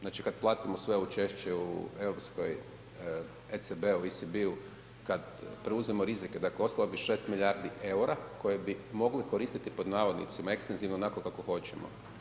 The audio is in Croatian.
Znači kad platimo sve učešće u europskoj, ECD-u, …/nerazumljivo/… kad preuzmemo rizike, dakle ostalo bi 6 milijardi EUR-a koje bi mogli koristiti pod navodnicima ekstenzivno onako kako hoćemo.